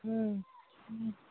ꯎꯝ ꯎꯝ